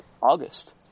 August